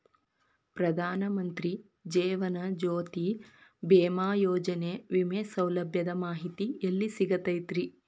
ಪ್ರಧಾನ ಮಂತ್ರಿ ಜೇವನ ಜ್ಯೋತಿ ಭೇಮಾಯೋಜನೆ ವಿಮೆ ಸೌಲಭ್ಯದ ಮಾಹಿತಿ ಎಲ್ಲಿ ಸಿಗತೈತ್ರಿ?